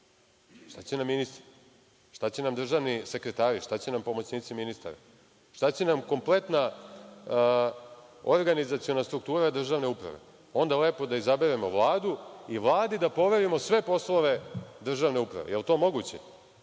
Šta će nam ministri? Šta će nam državni sekretari, šta će nam pomoćnici ministara i šta će nam kompletna organizaciona struktura državne uprave? Onda lepo da izaberemo Vladu i Vladi da poverimo sve poslove državne uprave. Da li je to moguće?